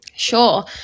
Sure